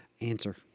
Answer